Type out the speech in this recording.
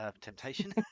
Temptation